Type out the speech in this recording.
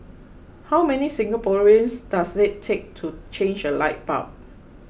how many Singaporeans does it take to change a light bulb